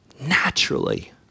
naturally